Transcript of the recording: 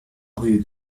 rue